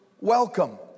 welcome